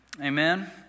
Amen